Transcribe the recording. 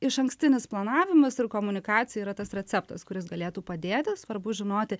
išankstinis planavimas ir komunikacija yra tas receptas kuris galėtų padėti svarbu žinoti